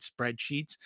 spreadsheets